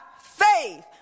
faith